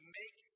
make